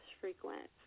frequent